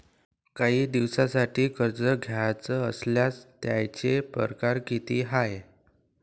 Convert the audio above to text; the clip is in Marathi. कायी दिसांसाठी कर्ज घ्याचं असल्यास त्यायचे परकार किती हाय?